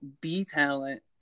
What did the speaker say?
B-talent